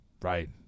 right